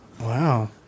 Wow